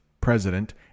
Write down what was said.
president